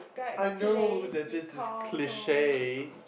I know that this is cliche